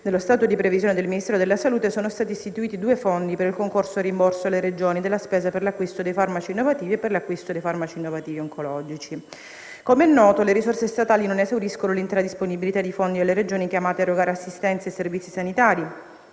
nello stato di previsione del Ministero della salute sono stati istituiti due fondi per il concorso al rimborso alle Regioni della spesa per l'acquisto dei farmaci innovativi e per l'acquisto dei farmaci innovativi oncologici. Come è noto, le risorse statali non esauriscono l'intera disponibilità di fondi delle Regioni chiamate ad erogare assistenza e servizi sanitari: